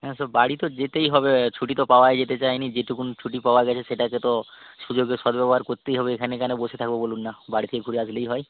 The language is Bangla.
হ্যাঁ তো বাড়ি তো যেতেই হবে ছুটি তো পাওয়াই যেতে চায় না যেটুকুন ছুটি পাওয়া গেছে সেটাকে তো সুযোগের সদ্ব্যবহার করতেই হবে এখানে কেন বসে থাকব বলুন না বাড়ি থেকে ঘুরে আসলেই হয়